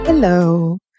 Hello